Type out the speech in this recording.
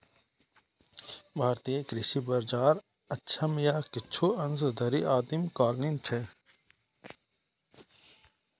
भारतीय कृषि बाजार अक्षम आ किछु अंश धरि आदिम कालीन छै